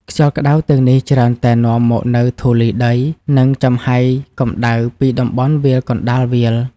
ខ្យល់ក្ដៅទាំងនេះច្រើនតែនាំមកនូវធូលីដី និងចំហាយកម្ដៅពីតំបន់វាលកណ្ដាលវាល។